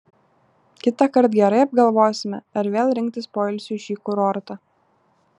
kitąkart gerai apgalvosime ar vėl rinktis poilsiui šį kurortą